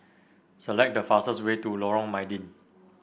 select the fastest way to Lorong Mydin